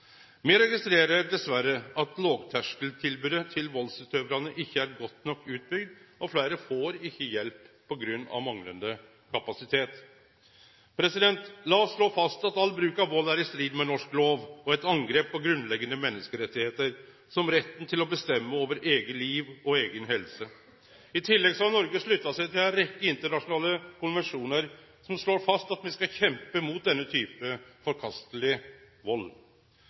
Me registrerer dessverre at lågterskeltilbodet til valdsutøvarane ikkje er godt nok utbygd, og fleire får ikkje hjelp på grunn av manglande kapasitet. Lat oss slå fast at all bruk av vald er i strid med norsk lov og eit angrep på grunnleggjande menneskerettar – som retten til å bestemme over eige liv og eiga helse. I tillegg har Noreg slutta seg til ei rekkje internasjonale konvensjonar som slår fast at me skal kjempe mot denne typen forkasteleg vald.